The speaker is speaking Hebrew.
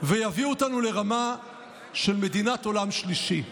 ויביאו אותנו לרמה של מדינות עולם שלישי.